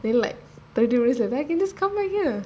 then like thirty minutes later I can just come back here